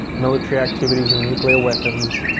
military activities and nuclear weapons,